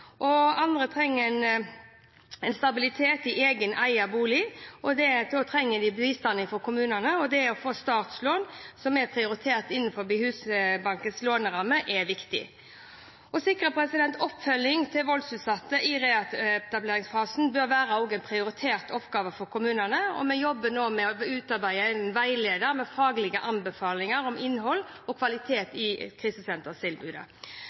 boligmarkedet. Andre trenger den stabiliteten en egen, eiet bolig gir, og behøver bistand fra kommunen. Det å kunne få startlån, som er prioritert innenfor Husbankens låneramme, er viktig. Å sikre oppfølging til voldsutsatte i reetableringsfasen bør være en prioritert oppgave for kommunene, og vi jobber nå med å utarbeide en veileder med faglige anbefalinger om innhold og kvalitet i krisesentertilbudet.